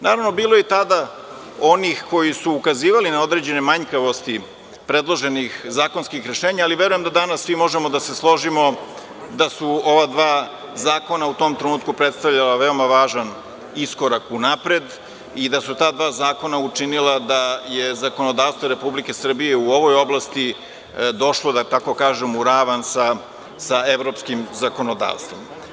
Naravno, bilo je i tada onih koji su ukazivali na određene manjkavosti predloženih zakonskih rešenja, ali verujem da danas svi možemo da se složimo da su ova dva zakona u tom trenutku predstavljala veoma važan iskorak unapred i da su ta dva zakona učinila da je zakonodavstvo Republike Srbije u ovoj oblasti došlo u ravan sa evropskim zakonodavstvom.